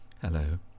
Hello